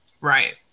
Right